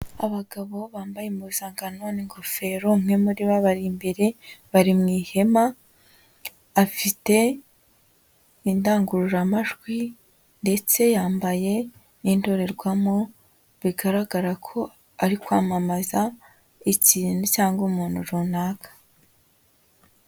Abagabo bambaye umuzankano n'ingofero, umwe muri bo abari imbere, bari mu ihema, afite indangururamajwi ndetse yambaye n'indorerwamo, bigaragara ko ari kwamamaza ikintu cyangwa umuntu runaka.